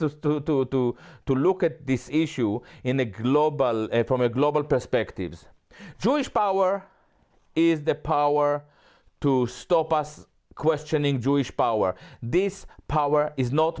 to to to to look at this issue in a global from a global perspective jewish power is the power to stop us questioning jewish power this power is not